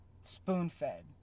Spoon-fed